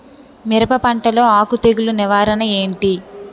మిరప పంటలో ఆకు తెగులు నివారణ ఏంటి?